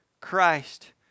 Christ